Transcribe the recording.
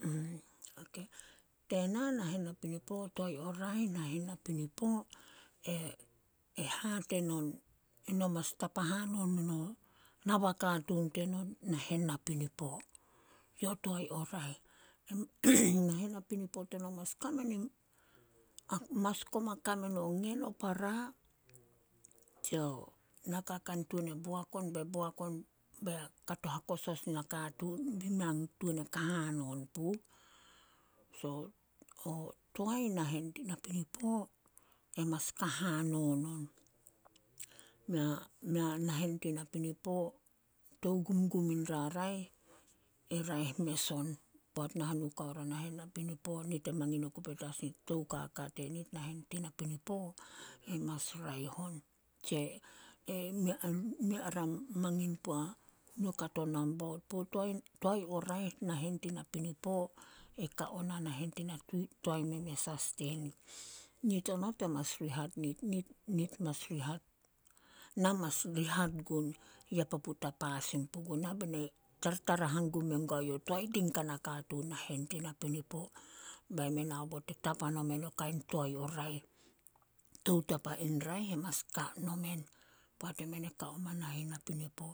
Tena nahen napinipo. Toae o raeh nahen napinipo, e hate non, eno mas tapa hanon meno naba katuun teno nahen napinipo, yo toae o raeh. Nahen napinipo teno mas kame nin, mas koma kame no ngen o para, tsio naka kan tuan e boak on- be boak on be kato hakosos nin nakatuun, bei mei an tuan e ka hanon puh. So, o toae nahen tin napinipo, e mas ka hanon on. Nahen tin napinipo, tou gumgum in raraeh e raeh meson. Poat nahanu kao ria nahen napinipo nit e mangin oku petas nit toukaka tenit nahen tin napinipo, e mas raeh on. Tse mei an- mei ra mangin pua hunoa kato nambout puh. Toae- toae o raeh nahen tin napinipo, e ka ona nahen tina toae memes as tenit. Nit onot e mas rihat nit- nit- nit mas rihat, na mas rihat gun ya papu tapa sin puguna be ne tartara hangum men guai youh toae tina kana katuun nahen tin napinipo. Bae men aobot e tapa nomen o kain toae o raeh, toutapa in raeh e mas ka nomen. Poat emen e ka oma nahen napinipo.